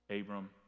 Abram